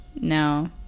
No